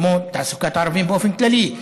כמו תעסוקת ערבים באופן כללי,